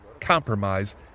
compromise